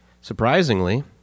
Surprisingly